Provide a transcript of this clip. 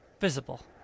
visible